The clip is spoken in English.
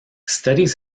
studies